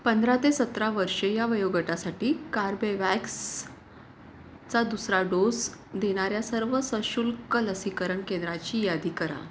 पंधरा ते सतरा वर्षे या वयोगटासाठी कार्बेवॅक्सचा दुसरा डोस देणाऱ्या सर्व सशुल्क लसीकरण केंद्राची यादी करा